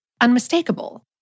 unmistakable